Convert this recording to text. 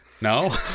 no